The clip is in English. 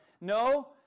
No